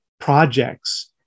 projects